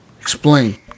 Explain